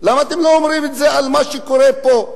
למה אתם לא אומרים את זה על מה שקורה פה?